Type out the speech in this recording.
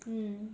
mm